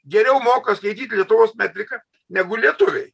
geriau moka skaityt lietuvos metriką negu lietuviai